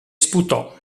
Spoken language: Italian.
sputò